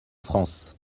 france